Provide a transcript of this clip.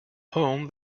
home